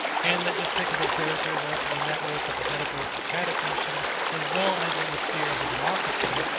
and that despicable characters are to be met with at the head of aristocratic nations as well as in the sphere of a democracy,